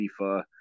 FIFA